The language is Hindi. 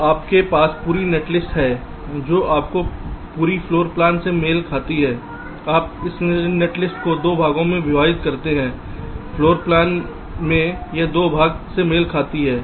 तो आपके पास पूरी नेटलिस्ट है जो आपकी पूरी फ्लोर प्लान से मेल खाती है आप इस नेटलिस्ट को दो भागों में विभाजित करते हैं फ्लोर प्लान में यह दो भागों से मेल खाती है